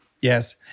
Yes